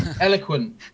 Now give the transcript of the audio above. Eloquent